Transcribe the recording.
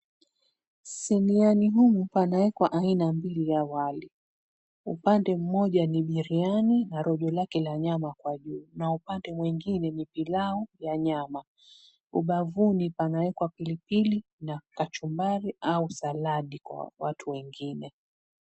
Siniani humu panawekwa aina mbili ya wali. Upande mmoja ni biriani na rojo lake la nyama kwa juu na upande mwingine ni pilau ya nyama. Ubavuni panaekwa pilipili na kachumbari au saladi kwa wengine.